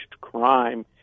crime